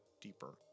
deeper